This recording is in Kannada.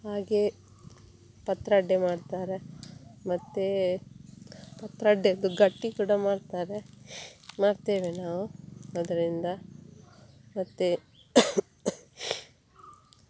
ಹಾಗೇ ಪತ್ರೊಡೆ ಮಾಡ್ತಾರೆ ಮತ್ತು ಪತ್ರೊಡೆದು ಗಟ್ಟಿ ಕೂಡ ಮಾಡ್ತಾರೆ ಮಾಡ್ತೇವೆ ನಾವು ಅದರಿಂದ ಮತ್ತು